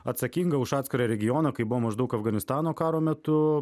atsakinga už atskirą regioną kaip buvo maždaug afganistano karo metu